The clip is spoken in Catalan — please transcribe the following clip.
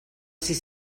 sis